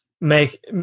make